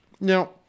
Now